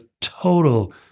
total